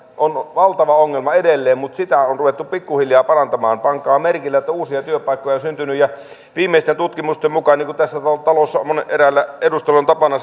on valtava ongelma edelleen mutta sitä on ruvettu pikkuhiljaa parantamaan pankaa merkille että uusia työpaikkoja on syntynyt ja viimeisimpien tutkimusten mukaan niin kuin tässä talossa eräällä edustajalla on tapana